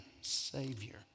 Savior